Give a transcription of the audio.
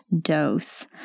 dose